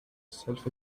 self